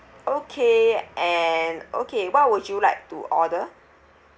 okay and okay what would you like to order